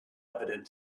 evident